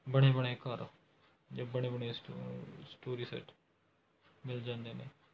ਬਣੇ ਬਣਾਏ ਘਰ ਜਾਂ ਬਣੇ ਬਣਾਏ ਸਟੋਰੀ ਸੈੱਟ ਮਿਲ ਜਾਂਦੇ ਨੇ